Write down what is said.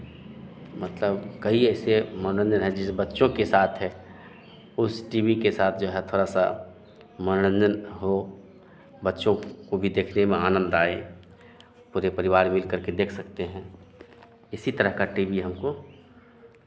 मतलब कई ऐसे मनोरंजन हैं जिसे बच्चों के साथ है उस टी वी के साथ जो है थोड़ा सा मनोरंजन हो बच्चों को भी देखने में आनंद आए पूरे परिवार मिल करके देख सकते हैं इसी तरह का टी वी हमको